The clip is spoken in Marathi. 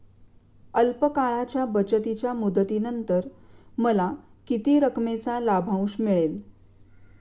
अल्प काळाच्या बचतीच्या मुदतीनंतर मला किती रकमेचा लाभांश मिळेल?